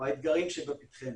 או האתגרים שלפתחנו.